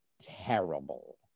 terrible